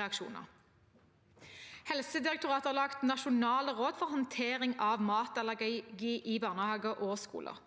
reaksjoner. Helsedirektoratet har laget nasjonale råd for håndtering av matallergi i barnehager og skoler.